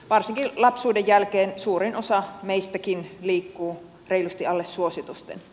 varsinkin lapsuuden jälkeen suurin osa meistäkin liikkuu reilusti alle suositusten